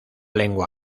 lengua